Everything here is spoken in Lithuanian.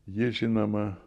ji žinoma